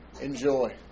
enjoy